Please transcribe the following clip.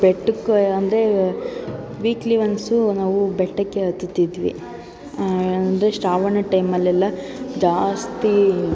ಬೆಟ್ಟಕ್ಕೆ ಅಂದ್ರೆ weekly once ನಾವು ಬೆಟ್ಟಕ್ಕೆ ಹತ್ತುತ್ತಿದ್ವಿ ಅಂದರೆ ಶ್ರಾವಣ ಟೈಮಲ್ಲೆಲ್ಲ ಜಾಸ್ತಿ